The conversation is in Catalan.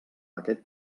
aquest